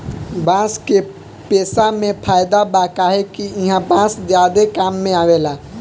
बांस के पेसा मे फायदा बा काहे कि ईहा बांस ज्यादे काम मे आवेला